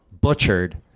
butchered